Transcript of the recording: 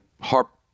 harp